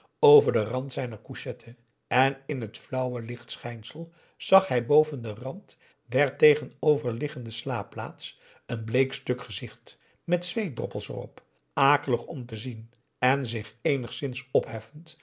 over den rand zijner couchette en in het flauwe lichtschijnsel zag hij boven den rand der tegenoverliggende slaapplaats een bleek stuk gezicht met zweetdroppels erop akelig om te zien en zich eenigszins opheffend